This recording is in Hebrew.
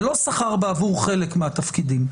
זה לא שכר בעבור חלק מהתפקידים,